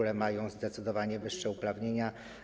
One mają zdecydowanie wyższe uprawnienia.